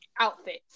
outfits